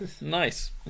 nice